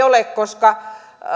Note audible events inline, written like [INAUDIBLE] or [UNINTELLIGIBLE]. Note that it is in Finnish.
[UNINTELLIGIBLE] ole koska